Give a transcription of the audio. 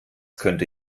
könnte